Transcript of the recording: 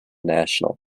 national